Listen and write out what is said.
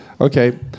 Okay